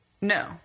No